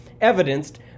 evidenced